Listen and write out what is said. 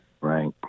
right